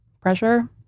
pressure